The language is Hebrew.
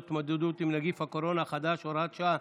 להתמודדות עם נגיף הקורונה החדש (הוראת שעה)